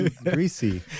greasy